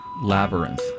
labyrinth